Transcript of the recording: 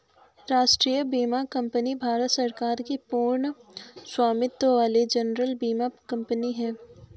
राष्ट्रीय बीमा कंपनी भारत सरकार की पूर्ण स्वामित्व वाली जनरल बीमा कंपनी है